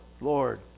Lord